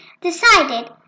decided